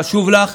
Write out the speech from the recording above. חשוב לך.